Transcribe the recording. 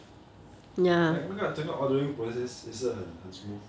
like 那个整个 ordering process 也是很很 smooth